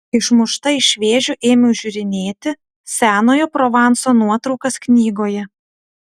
išmušta iš vėžių ėmiau žiūrinėti senojo provanso nuotraukas knygoje